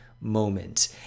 moment